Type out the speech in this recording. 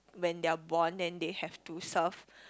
when they're born then they have to serve